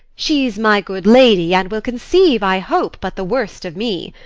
she's my good lady and will conceive, i hope, but the worst of me.